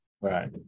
Right